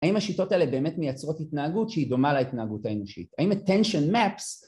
האם השיטות האלה באמת מייצרות התנהגות שהיא דומה להתנהגות האנושית? האם ה-tension maps...